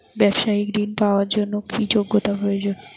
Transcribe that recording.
ব্যবসায়িক ঋণ পাওয়ার জন্যে কি যোগ্যতা প্রয়োজন?